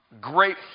great